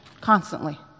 constantly